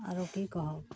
आओर कि कहबै